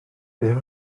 beth